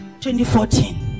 2014